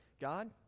God